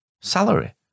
salary